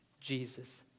Jesus